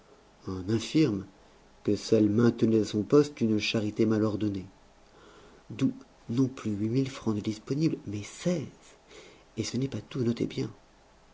infirme que seule maintenait à son poste une charité mal ordonnée d'où non plus huit mille francs de disponibles mais seize et ce n'est pas tout notez bien